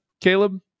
Caleb